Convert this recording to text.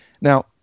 Now